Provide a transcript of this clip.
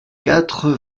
quatre